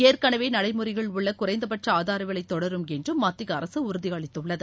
ஏற்கனவே நடைமுறையில் உள்ள குறைந்தபட்ச ஆதாரவிலை தொடரும் என்றும் மத்திய அரசு உறுதியளித்துள்ளது